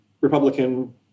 Republican